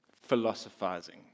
philosophizing